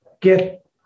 get